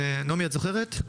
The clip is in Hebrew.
נעמי, את זוכרת?